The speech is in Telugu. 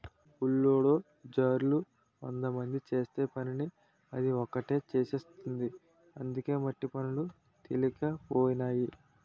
బుల్డోజర్లు వందమంది చేసే పనిని అది ఒకటే చేసేస్తుంది అందుకే మట్టి పనులు తెలికైపోనాయి